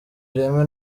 ireme